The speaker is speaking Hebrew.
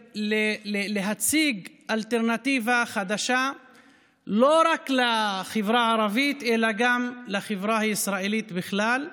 ולהציג אלטרנטיבה חדשה לא רק לחברה הערבית אלא גם לחברה הישראלית בכלל.